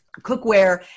cookware